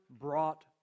brought